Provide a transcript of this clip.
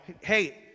Hey